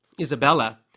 Isabella